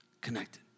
connected